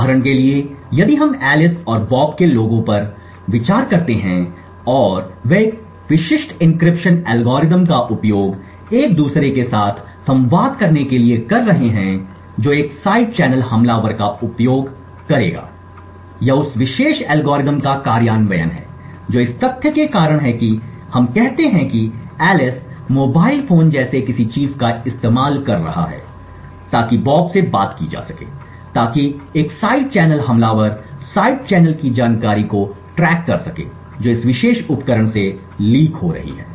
उदाहरण के लिए यदि हम ऐलिस और बॉब के लोगों पर विचार करते हैं और वे एक विशिष्ट एन्क्रिप्शन एल्गोरिथ्म का उपयोग एक दूसरे के साथ संवाद करने के लिए कर रहे हैं जो एक साइड चैनल हमलावर का उपयोग करेगा यह उस विशेष एल्गोरिथ्म का कार्यान्वयन है जो इस तथ्य के कारण है कि हम कहते हैं कि ऐलिस मोबाइल फोन जैसे किसी चीज का इस्तेमाल कर रहा है ताकि बॉब से बात की जा सके ताकि एक साइड चैनल हमलावर साइड चैनल की जानकारी को ट्रैक कर सके जो इस विशेष उपकरण से लीक हो रही है